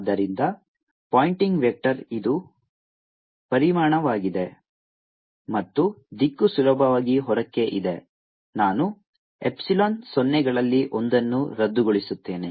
ಆದ್ದರಿಂದ Poynting vector ಇದು ಪರಿಮಾಣವಾಗಿದೆ ಮತ್ತು ದಿಕ್ಕು ಸುಲಭವಾಗಿ ಹೊರಕ್ಕೆ ಇದೆ ನಾನು ಎಪ್ಸಿಲಾನ್ ಸೊನ್ನೆಗಳಲ್ಲಿ ಒಂದನ್ನು ರದ್ದುಗೊಳಿಸುತ್ತೇನೆ